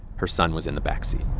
her son was in the backseat